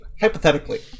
hypothetically